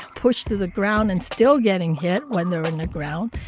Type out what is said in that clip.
pushed to the ground, and still getting hit when they were on the ground.